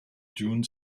dune